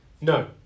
No